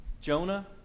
Jonah